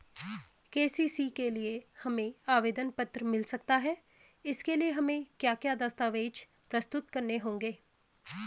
KCC के लिए हमें आवेदन पत्र मिल सकता है इसके लिए हमें क्या क्या दस्तावेज़ प्रस्तुत करने होंगे?